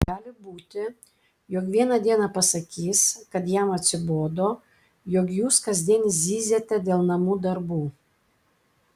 gali būti jog vieną dieną pasakys kad jam atsibodo jog jūs kasdien zyziate dėl namų darbų